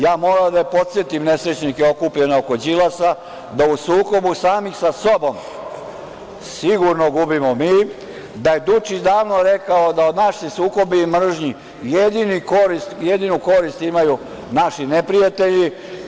Ja moram da podsetim nesrećnike okupljene oko Đilasa, da u sukobu samih sa sobom sigurno gubimo mi, da je Dučić davno rekao da naši sukobi mržnji, jedinu korist imaju naši neprijatelji.